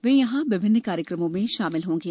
वे यहां विभिन्न कार्यक्रमों में शामिल होंगे